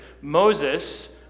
Moses